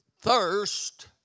thirst